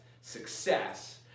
success